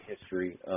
history